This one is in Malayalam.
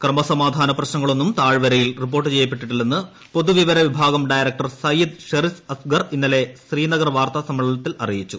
ക്രമസമാധാന പ്രശ്നങ്ങളൊന്നും താഴ്വരയിൽ റിപ്പോർട്ട് ചെയ്യപ്പെട്ടിട്ടില്ലെന്ന് പൊതു വിവിര വിഭാഗം ഡയറക്ടർ സയ്യിദ് സെറിഷ് അസ്ഗർ ഇന്നലെ ശ്രീനഗറിൽ വാർത്താ സമ്മേളനത്തിൽ അറിയിച്ചു